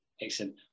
Excellent